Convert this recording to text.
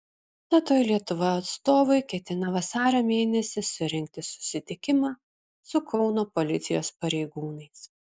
statoil lietuva atstovai ketina vasario mėnesį surengti susitikimą su kauno policijos pareigūnais